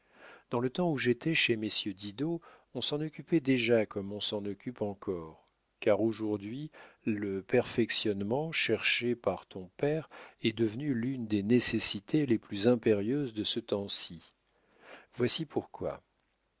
dans le temps où j'étais chez messieurs didot on s'en occupait déjà comme on s'en occupe encore car aujourd'hui le perfectionnement cherché par ton père est devenu l'une des nécessités les plus impérieuses de ce temps-ci voici pourquoi